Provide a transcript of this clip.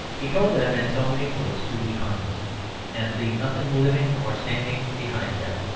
he told them, in so many words, to be huns and leave nothing living or standing behind them.